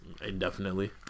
Indefinitely